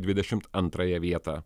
dvidešimt antrąją vietą